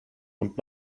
und